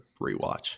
rewatch